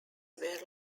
were